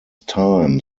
time